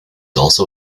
also